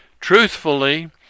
Truthfully